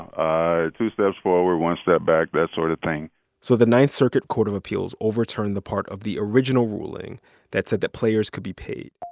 two steps forward, one step back, that sort of thing so the ninth circuit court of appeals overturned the part of the original ruling that said that players could be paid.